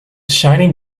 shining